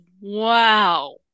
wow